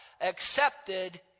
Accepted